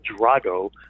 Drago